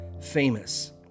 famous